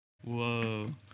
Whoa